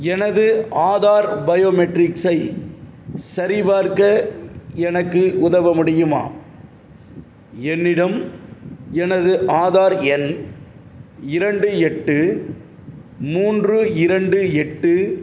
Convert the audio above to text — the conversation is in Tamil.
எனது ஆதார் பயோமெட்ரிக்ஸை சரிபார்க்க எனக்கு உதவ முடியுமா என்னிடம் எனது ஆதார் எண் இரண்டு எட்டு மூன்று இரண்டு எட்டு